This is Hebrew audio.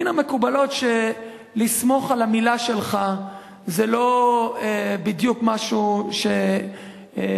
מן המקובלות שלסמוך על המלה שלך זה לא בדיוק משהו שמומלץ.